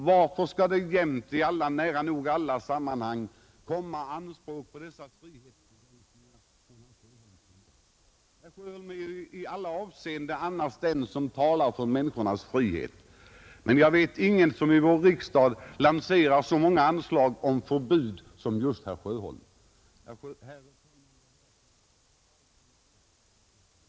Varför skall herr Sjöholm nära nog i alla sammanhang komma med anspråk på frihetsbegränsningar? Herr Sjöholm är ju annars den som talar för människors frihet, men jag vet ingen som i vår riksdag lanserar så många förslag om förbud som just herr Sjöholm. Herr talman! Jag ber att få yrka bifall till konstitutionsutskottets betänkande.